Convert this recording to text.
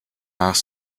nach